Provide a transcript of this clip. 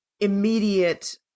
immediate